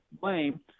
blame